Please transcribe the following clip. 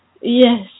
Yes